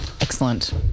Excellent